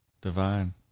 divine